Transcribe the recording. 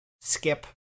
skip